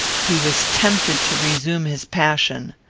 he was tempted to resume his passion.